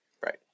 Right